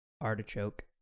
artichoke